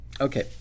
Okay